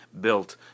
built